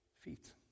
feet